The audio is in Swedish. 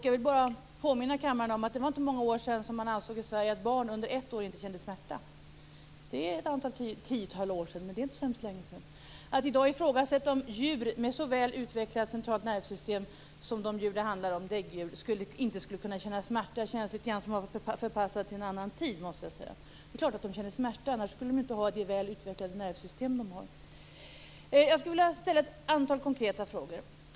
Jag vill bara påminna kammaren om att det inte var många år sedan man i Sverige ansåg att barn under ett år inte känner smärta. Det är ett antal år sedan, men det är inte så hemskt länge sedan. Att i dag ifrågasätta om djur med ett så väl utvecklat centralt nervsystem som de djur som det handlar om har, däggdjur, inte skulle kunna känna smärta känns litet grand som att bli förpassad till en annan tid. Det är klart att de känner smärta, annars skulle de ju inte ha det väl utvecklade nervsystem som de har. Jag skulle vilja ställa ett antal konkreta frågor.